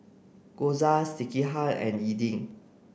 Gyoza Sekihan and Idili